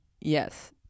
Yes